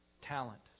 talent